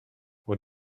what